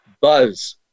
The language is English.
buzz